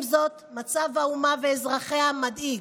עם זאת, מצב האומה ואזרחיה מדאיג,